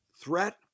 threat